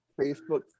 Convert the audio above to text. Facebook